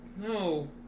No